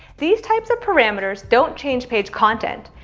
these types of parameters don't change page content.